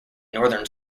northern